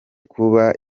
kuba